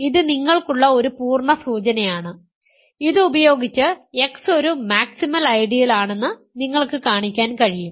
ഇത് നിങ്ങൾക്കുള്ള ഒരു പൂർണ്ണ സൂചനയാണ് ഇത് ഉപയോഗിച്ച് X ഒരു മാക്സിമൽ ഐഡിയലാണെന്ന് നിങ്ങൾക്ക് കാണിക്കാൻ കഴിയും